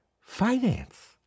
finance